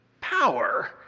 power